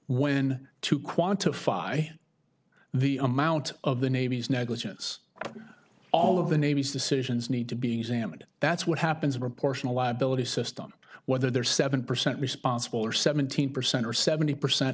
when to quantify the amount of the navy's negligence all of the navy's decisions need to be examined that's what happens reports in a liability system whether they're seven percent responsible or seventeen percent or seventy percent